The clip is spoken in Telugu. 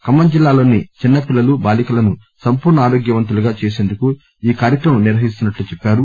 ఖమ్మం జిల్లాలోని చిన్నపిల్లలు బాలీకలను సంపూర్ణ ఆరోగ్య వంతులుగా చేసందుకు ఈ కార్యక్రమం నిర్వహిస్తున్నట్లు చెప్పారు